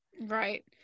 Right